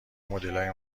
مدلای